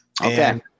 Okay